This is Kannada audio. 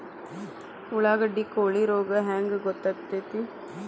ಉಳ್ಳಾಗಡ್ಡಿ ಕೋಳಿ ರೋಗ ಹ್ಯಾಂಗ್ ಗೊತ್ತಕ್ಕೆತ್ರೇ?